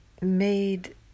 made